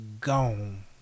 gone